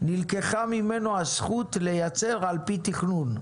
נלקחה ממנו הזכות לייצר על פי תכנון,